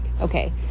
Okay